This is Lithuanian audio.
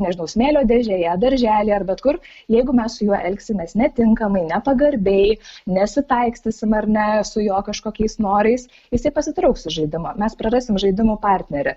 nežinau smėlio dėžėje darželyje ar bet kur jeigu mes su juo elgsimės netinkamai nepagarbiai nesitaikstysim ar ne su jo kažkokiais norais jisai pasitrauks iš žaidimo mes prarasim žaidimų partnerį